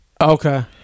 Okay